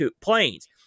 planes